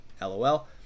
LOL